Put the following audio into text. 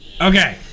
Okay